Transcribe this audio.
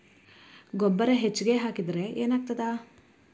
ಗೊಬ್ಬರ ಹೆಚ್ಚಿಗೆ ಹಾಕಿದರೆ ಏನಾಗ್ತದ?